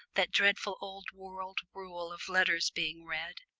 that dreadful old-world rule of letters being read,